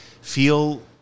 feel